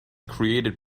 created